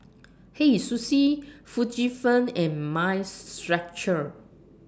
Hei Sushi Fujifilm and Mind Stretcher